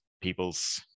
people's